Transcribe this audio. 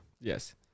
Yes